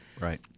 Right